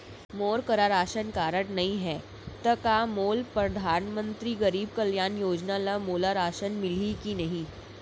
मोर करा ration card नहीं है त का मोल परधानमंतरी गरीब कल्याण योजना ल मोला राशन मिलही कि नहीं?